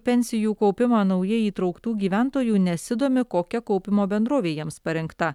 pensijų kaupimą naujai įtrauktų gyventojų nesidomi kokia kaupimo bendrovė jiems parinkta